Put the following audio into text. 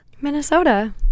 Minnesota